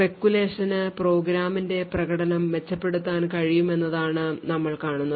Speculation ന് പ്രോഗ്രാമിന്റെ പ്രകടനം മെച്ചപ്പെടുത്താൻ കഴിയുമെന്നതാണ് ഞങ്ങൾ കാണുന്നത്